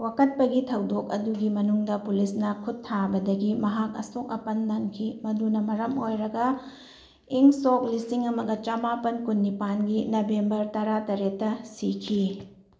ꯋꯥꯀꯠꯄꯒꯤ ꯊꯧꯗꯣꯛ ꯑꯗꯨꯒꯤ ꯃꯅꯨꯡꯗ ꯄꯨꯂꯤꯁꯅ ꯈꯨꯠ ꯊꯥꯕꯗꯒꯤ ꯃꯍꯥꯛ ꯑꯁꯣꯛ ꯑꯄꯟ ꯅꯪꯈꯤ ꯑꯗꯨꯅ ꯃꯔꯝ ꯑꯣꯏꯔꯒ ꯏꯪ ꯁꯣꯛ ꯂꯤꯁꯤꯡ ꯑꯃꯒ ꯆꯝꯃꯥꯄꯜ ꯀꯨꯟꯅꯤꯄꯥꯟꯒꯤ ꯅꯕꯦꯝꯕꯔ ꯇꯔꯥ ꯇꯔꯦꯠꯇ ꯁꯤꯈꯤ